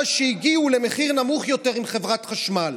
שהגיעו למחיר נמוך יותר עם חברת החשמל.